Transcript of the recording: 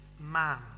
man